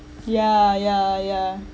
ya ya ya